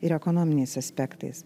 ir ekonominiais aspektais